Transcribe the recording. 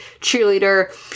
cheerleader